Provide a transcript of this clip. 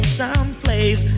someplace